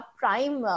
prime